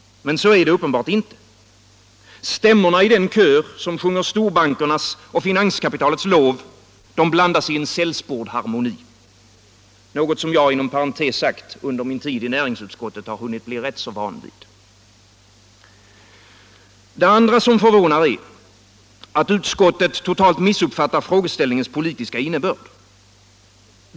Men så är det uppenbart inte. Stämmorna i den kör, som sjunger storbankernas och finanskapitalets lov, blandas i en sällspord harmoni. Något som jag, inom parentes sagt, under min tid i näringsutskottet hunnit bli rätt van vid. Det andra som förvånar är, att utskottet totalt missuppfattar frågeställningens politiska innebörd.